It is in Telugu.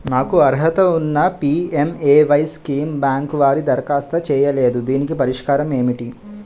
నాకు అర్హత ఉన్నా పి.ఎం.ఎ.వై స్కీమ్ బ్యాంకు వారు దరఖాస్తు చేయలేదు దీనికి పరిష్కారం ఏమిటి?